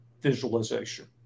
visualization